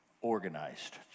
organized